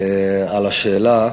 על השאלה.